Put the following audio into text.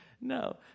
No